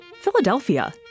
Philadelphia